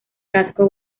casco